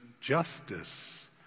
justice